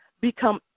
become